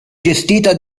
gestita